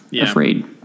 afraid